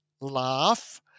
laugh